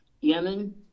yemen